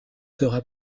sera